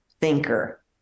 thinker